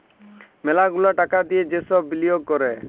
ম্যালা গুলা টাকা দিয়ে যে সব বিলিয়গ ক্যরে